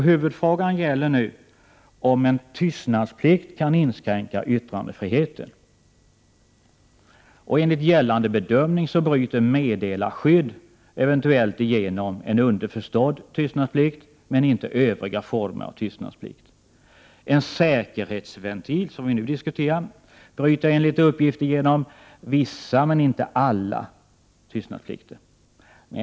Huvudfrågan gäller nu om en tystnadsplikt kan inskränka yttrandefriheten. Enligt gällande bedömning bryter meddelarskyddet eventuellt igenom en underförstådd tystnadsplikt men inte övriga former av tystnadsplikt. En säkerhetsventil, som vi nu diskuterar, bryter enligt uppgift igenom vissa men inte alla tystnadsplikter.